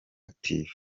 active